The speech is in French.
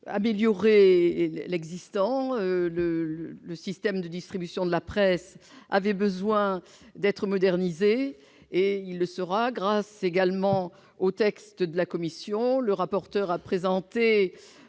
améliorer l'existant. Le système de distribution de la presse avait besoin d'être modernisé et il le sera grâce au texte de la commission. Le rapporteur a présenté